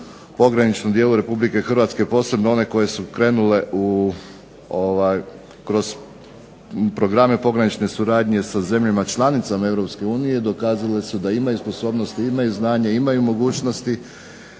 pograničnom dijelu Republike Hrvatske, posebno one koje su krenule kroz programe pogranične suradnje sa zemljama članicama Europske u nije pokazale su da imaju sposobnost, znanje i mogućnosti